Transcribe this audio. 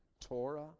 Torah